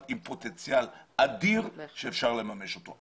שהיא עם פוטנציאל אדיר שאפשר לממש אותו.